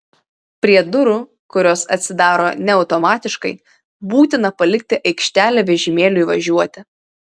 prie durų kurios atsidaro ne automatiškai būtina palikti aikštelę vežimėliui važiuoti